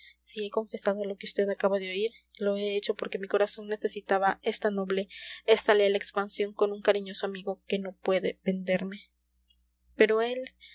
he confesado lo que vd acaba de oír lo he hecho porque mi corazón necesitaba esta noble esta leal expansión con un cariñoso amigo que no puede venderme pero él